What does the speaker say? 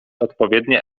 odpowiednie